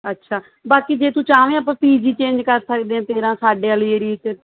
ਅੱਛਾ ਬਾਕੀ ਜੇ ਤੂੰ ਚਾਹੇ ਆਪਾਂ ਪੀ ਜੀ ਚੇਂਜ ਕਰ ਸਕਦੇ ਹਾਂ ਤੇਰਾ ਸਾਡੇ ਵਾਲੇ ਏਰੀਏ 'ਚ